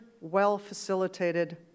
well-facilitated